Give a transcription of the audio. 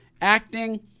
Acting